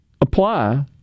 apply